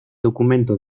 documento